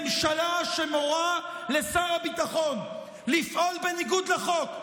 ממשלה שמורה לשר הביטחון לפעול בניגוד לחוק,